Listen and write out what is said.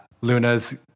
Luna's